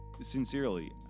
Sincerely